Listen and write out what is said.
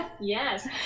yes